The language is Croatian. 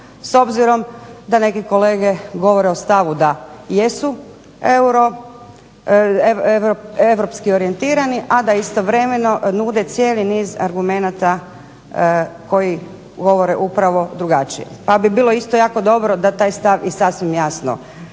s obzirom da neki kolege govore o stavu da jesu europski orijentirani, a da istovremeno nude cijeli niz argumenata koji govore upravo drugačije, pa bi bilo isto jako dobro da taj stav i sasvim jasno